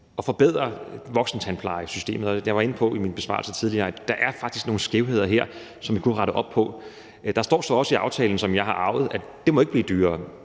at forbedre voksentandplejesystemet. Jeg var i min besvarelse tidligere inde på, at der faktisk er nogle skævheder her, som vi kunne rette op på. Der står så også i aftalen, som jeg har arvet, at det ikke må bliver dyrere.